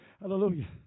Hallelujah